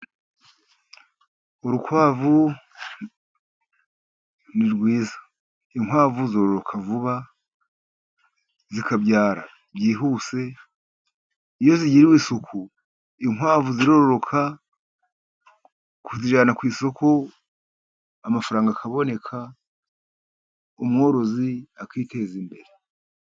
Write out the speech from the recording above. Urukwavu ni rwiza, inkwavu zoroka vuba zikabyara byihuse, iyo zigiriwe isuku inkwavu ziroroka ukajyana ku isoko amafaranga akaboneka umworozi akiteza imbere.